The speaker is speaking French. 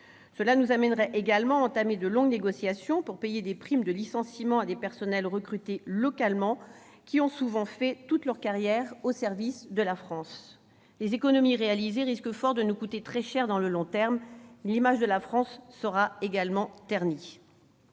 Cela nous amènerait également à entamer de longues négociations pour payer des primes de licenciement à des personnels recrutés localement, qui ont souvent fait toute leur carrière au service de la France. Les économies réalisées risquent fort de nous coûter très cher sur le long terme. L'image de la France sera également ternie.